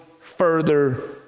further